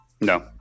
No